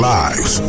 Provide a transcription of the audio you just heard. lives